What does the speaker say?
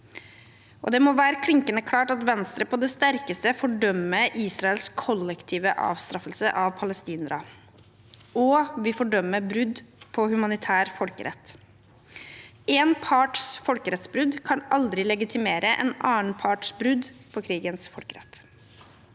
Det må være klinkende klart at Venstre på det sterkeste fordømmer Israels kollektive avstraffelse av palestinerne, og vi fordømmer brudd på humanitær folkerett. Én parts folkerettsbrudd kan aldri legitimere en annen parts brudd på krigens folkerett.